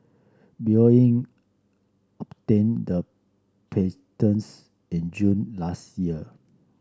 Boeing obtained the in June last year